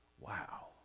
Wow